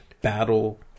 battle